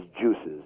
juices